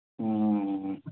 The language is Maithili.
हूँ